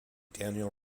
daniel